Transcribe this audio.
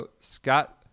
Scott